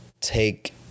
take